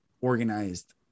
organized